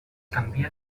canvia